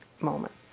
moment